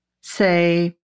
say